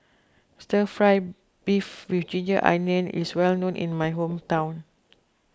Stir Fry Beef with Ginger Onions is well known in my hometown